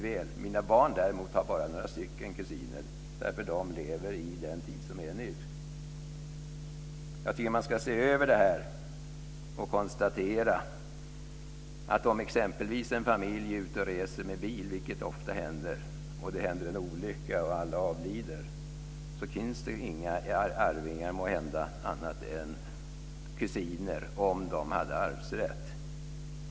Mina barn har däremot bara några kusiner, för de lever i den tid som är nu. Jag tycker att man ska se över det här. Om exempelvis en familj är ute och reser med bil, vilket är vanligt, och det händer en olycka där alla avlider finns det måhända inga andra arvingar än kusiner - om de hade arvsrätt.